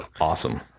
awesome